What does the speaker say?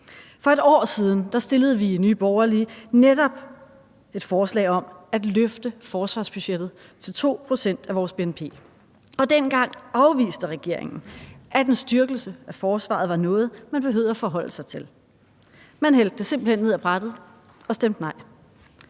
For 1 år siden stillede vi i Nye Borgerlige netop et forslag om at løfte forsvarsbudgettet til 2 pct. af vores bnp. Og dengang afviste regeringen, at en styrkelse af forsvaret var noget, man behøvede at forholde sig til. Man hældte det simpelt hen ned ad brættet – og stemte nej.